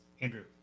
Andrew